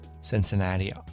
Cincinnati